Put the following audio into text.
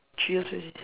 three years already